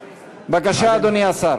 בבקשה, אדוני השר.